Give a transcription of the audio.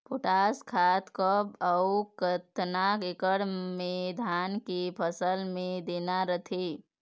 Potash खाद कब अऊ केतना एकड़ मे धान के फसल मे देना रथे?